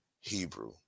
Hebrew